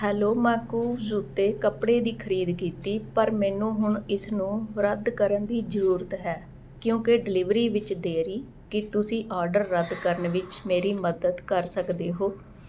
hello ਮੈਂ Koovs ਉੱਤੇ ਕੱਪੜੇ ਦੀ ਖਰੀਦ ਕੀਤੀ ਪਰ ਮੈਨੂੰ ਹੁਣ ਇਸ ਨੂੰ ਰੱਦ ਕਰਨ ਦੀ ਜ਼ਰੂਰਤ ਹੈ ਕਿਉਂਕਿ ਡਿਲਿਵਰੀ ਵਿੱਚ ਦੇਰੀ ਕੀ ਤੁਸੀਂ ਆਰਡਰ ਰੱਦ ਕਰਨ ਵਿੱਚ ਮੇਰੀ ਮਦਦ ਕਰ ਸਕਦੇ ਹੋ